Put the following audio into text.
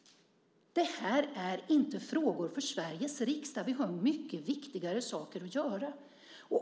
Det här är inte frågor för Sveriges riksdag. Vi har mycket viktigare saker att göra.